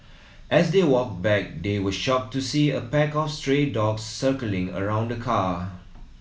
as they walked back they were shocked to see a pack of stray dogs circling around the car